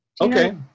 okay